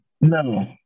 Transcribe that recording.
No